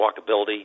walkability